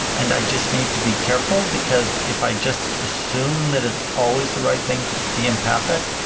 and i just need to be careful because if i just assume that it's always the right thing to be empathic,